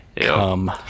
Come